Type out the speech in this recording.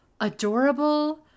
adorable